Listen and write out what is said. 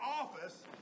office